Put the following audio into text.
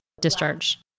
discharge